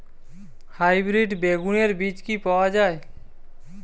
Hybrid বেগুনের বীজ কি পাওয়া য়ায়?